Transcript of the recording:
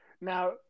Now